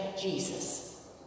Jesus